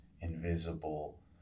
invisible